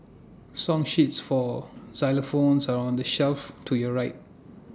song sheets for xylophones are on the shelf to your right